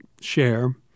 share